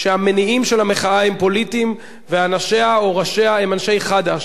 שהמניעים של המחאה הם פוליטיים ואנשיה או ראשיה הם אנשי חד"ש,